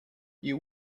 you